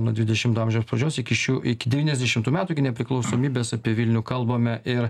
nuo dvidešimto amžiaus pradžios iki šių iki devyniasdešimtų metų iki nepriklausomybės apie vilnių kalbame ir